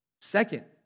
Second